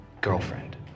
girlfriend